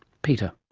peter.